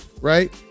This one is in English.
right